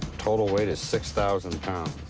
total weight is six thousand pounds.